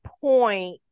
point